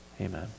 amen